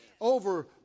over